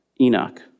Enoch